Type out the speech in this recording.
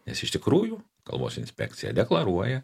nes iš tikrųjų kalbos inspekcija deklaruoja